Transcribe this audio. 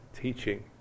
teaching